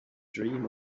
dream